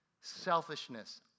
selfishness